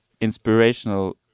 inspirational